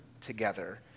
together